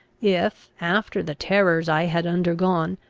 if, after the terrors i had undergone,